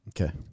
Okay